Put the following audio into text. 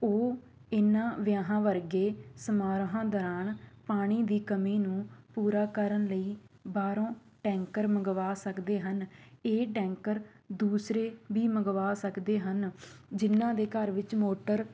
ਉਹ ਇਹਨਾਂ ਵਿਆਹਾਂ ਵਰਗੇ ਸਮਾਰੋਹਾਂ ਦੌਰਾਨ ਪਾਣੀ ਦੀ ਕਮੀ ਨੂੰ ਪੂਰਾ ਕਰਨ ਲਈ ਬਾਹਰੋਂ ਟੈਂਕਰ ਮੰਗਵਾ ਸਕਦੇ ਹਨ ਇਹ ਟੈਂਕਰ ਦੂਸਰੇ ਵੀ ਮੰਗਵਾ ਸਕਦੇ ਹਨ ਜਿੰਨਾਂ ਦੇ ਘਰ ਵਿੱਚ ਮੋਟਰ